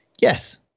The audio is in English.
yes